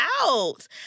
out